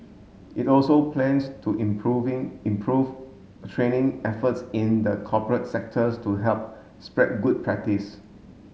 it also plans to improving improve training efforts in the corporate sectors to help spread good practice